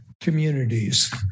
communities